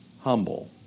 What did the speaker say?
humble